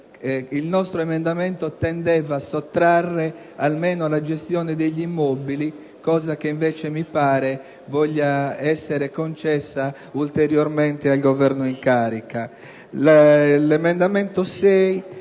Il nostro emendamento tendeva a sottrarre almeno la gestione degli immobili, cosa che invece mi pare voglia essere concessa ulteriormente dal Governo in carica.